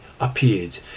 appeared